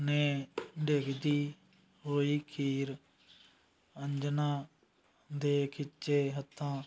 ਨੇ ਡਿੱਗਦੀ ਹੋਈ ਖੀਰ ਅੰਜਨਾ ਦੇ ਖਿੱਚੇ ਹੱਥਾਂ